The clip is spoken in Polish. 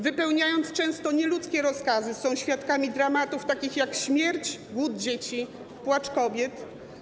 Wypełniając często nieludzkie rozkazy, są świadkami dramatów takich jak śmierć, głód dzieci i płacz kobiet.